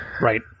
Right